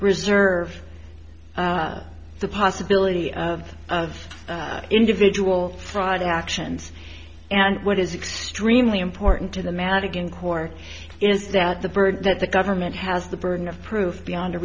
reserve the possibility of of individual fraud actions and what is extremely important to the madigan core is that the bird that the government has the burden of proof beyond a